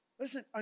Listen